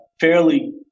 fairly